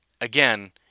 again